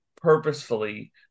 purposefully